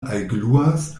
algluas